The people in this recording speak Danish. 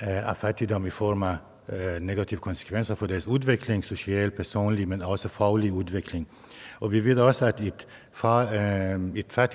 af fattigdom i form af negative konsekvenser for deres udvikling – sociale, personlige, men også faglige udvikling. Vi ved også, at et